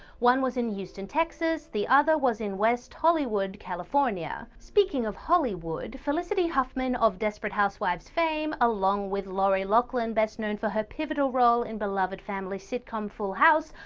one was in houston, texas, and the other was in west hollywood, california. speaking of hollywood, felicity huffman, of desperate housewives fame, along with lori loughlin, best known for her pivotal role in beloved family sit com full house,